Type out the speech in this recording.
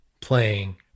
playing